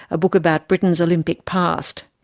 a book about britain's olympic past.